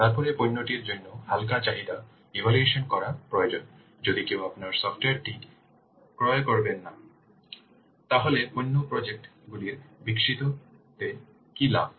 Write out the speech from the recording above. তারপরে পণ্যটির জন্য হালকা চাহিদা ইভ্যালুয়েশন করা প্রয়োজন যদি কেউ আপনার সফ্টওয়্যারটি কি ক্রয় করবে না তাহলে পণ্য প্রজেক্ট গুলির বিকশিতে কী লাভ